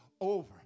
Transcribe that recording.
over